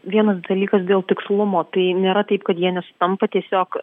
vienas dalykas dėl tikslumo tai nėra taip kad jie nesutampa tiesiog